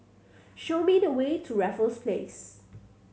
show me the way to Raffles Place